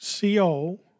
CO